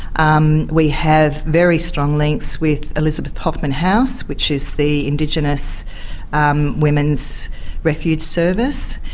um we have very strong links with elizabeth hoffman house, which is the indigenous um women's refuge service.